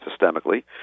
systemically